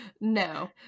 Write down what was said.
No